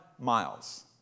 miles